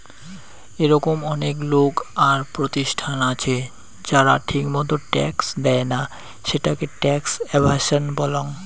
এরকম অনেক লোক আর প্রতিষ্ঠান আছে যারা ঠিকমতো ট্যাক্স দেইনা, সেটাকে ট্যাক্স এভাসন বলাঙ্গ